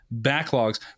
backlogs